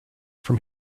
from